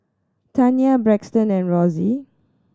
Tania Braxton and Rosie